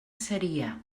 seria